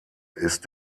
ist